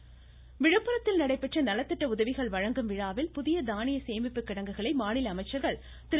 அமைச்சர்கள் விழுப்புரத்தில் நடைபெற்ற நலத்திட்ட உதவிகள் வழங்கும் விழாவில் புதிய தானிய சேமிப்பு கிடங்குகளை மாநில அமைச்சர்கள் திரு